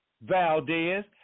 Valdez